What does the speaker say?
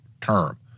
term